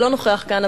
לא נוכח כאן,